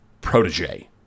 protege